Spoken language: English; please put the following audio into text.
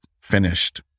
finished